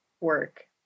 work